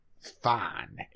fine